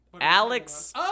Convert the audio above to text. Alex